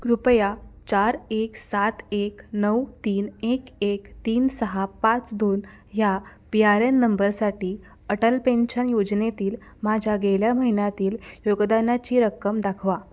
कृपया चार एक सात एक नऊ तीन एक एक तीन सहा पाच दोन ह्या पी आर एन नंबरसाठी अटल पेन्शन योजनेतील माझ्या गेल्या महिन्यातील योगदानाची रक्कम दाखवा